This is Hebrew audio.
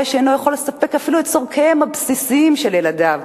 שאינו יכול לספק אפילו את צורכיהם הבסיסיים של ילדיו?